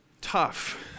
tough